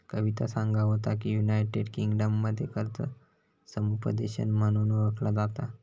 कविता सांगा होता की, युनायटेड किंगडममध्ये कर्ज समुपदेशन म्हणून ओळखला जाता